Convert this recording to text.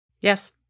Yes